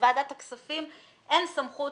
לוועדת הכספים אין סמכות